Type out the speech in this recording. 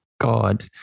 God